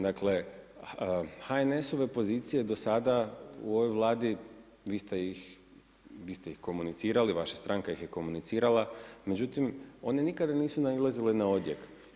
Dakle HNS-ove pozicije do sada u ovoj Vladi, vi ste ih komunicirali, vaša stranka ih je komunicirala, međutim one nikad nisu nailazile na odjek.